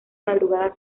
madrugada